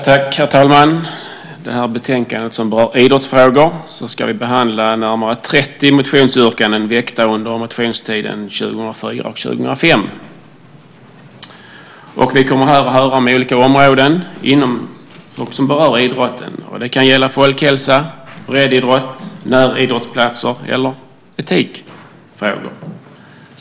Herr talman! I det här betänkandet som berör idrottsfrågor behandlas närmare 30 motionsyrkanden väckta under motionstiden 2004 och 2005. Vi kommer här att höra om olika områden som berör idrotten. Det kan gälla folkhälsa, breddidrott, näridrottsplatser eller etikfrågor.